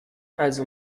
also